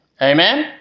Amen